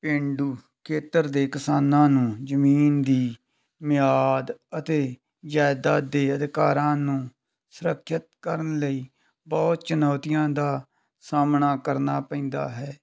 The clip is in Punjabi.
ਪੇਂਡੂ ਖੇਤਰ ਦੇ ਕਿਸਾਨਾਂ ਨੂੰ ਜ਼ਮੀਨ ਦੀ ਮਿਆਦ ਅਤੇ ਜਾਇਦਾਦ ਦੇ ਅਧਿਕਾਰਾਂ ਨੂੰ ਸੁਰੱਖਿਅਤ ਕਰਨ ਲਈ ਬਹੁਤ ਚੁਨੌਤੀਆਂ ਦਾ ਸਾਹਮਣਾ ਕਰਨਾ ਪੈਂਦਾ ਹੈ